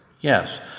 Yes